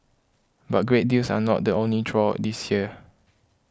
but great deals are not the only draw this year